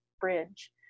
bridge